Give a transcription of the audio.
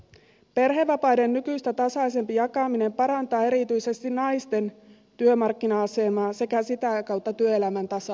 perhevapaiden nykyistä tasaisempi jakaminen parantaa erityisesti naisten työmarkkina asemaa sekä sitä kautta työelämän tasa arvoa